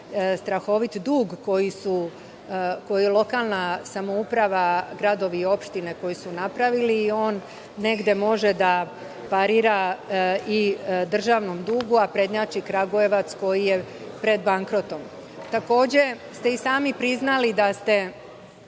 strahovit dug koji su lokalna samouprava, gradovi i opštine napravili i on negde može da parira i državnom dugu, a prednjači Kragujevac, koji je pred bankrotom. Takođe ste i sami priznali da ste